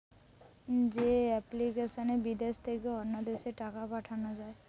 যে এপ্লিকেশনে বিদেশ থেকে অন্য দেশে টাকা পাঠান যায়